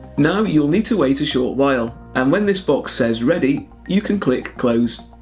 now you need to wait a short while, and when this box says ready, you can click close.